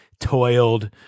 toiled